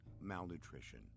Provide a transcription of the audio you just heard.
malnutrition